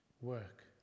work